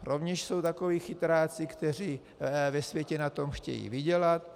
Rovněž jsou takoví chytráci, kteří ve světě na tom chtějí vydělat.